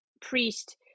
priest